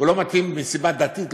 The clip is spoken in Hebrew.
שהוא לא מתאים מסיבה דתית,